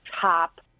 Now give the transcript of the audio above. top –